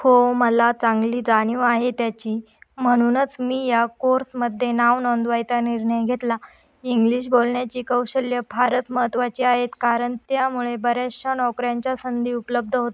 हो मला चांगली जाणीव आहे त्याची म्हणूनच मी या कोर्समध्ये नाव नोंदवायचा निर्णय घेतला इंग्लिश बोलण्याची कौशल्य फारच महत्त्वाचे आहेत कारण त्यामुळे बऱ्याचशा नोकऱ्यांच्या संधी उपलब्ध होतात